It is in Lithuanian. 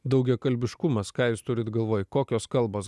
daugiakalbiškumas ką jūs turit galvoj kokios kalbos